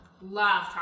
Love